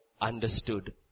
understood